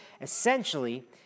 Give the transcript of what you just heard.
Essentially